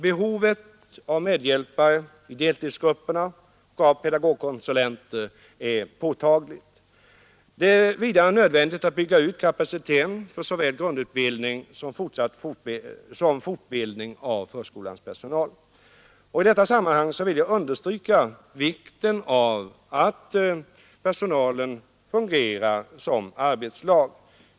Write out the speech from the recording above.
Behovet av medhjälpare i deltidsgrupperna och av pedagogkonsulter är påtagligt. Det är vidare nödvändigt att bygga ut kapaciteten för såväl grundutbildning som fortbildning av förskolans personal. I detta sammanhang vill jag understryka vikten av att personalen fungerar som arbetslag.